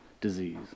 disease